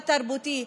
התרבותי,